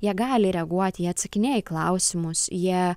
jie gali reaguoti jie atsakinėja į klausimus jie